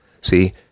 See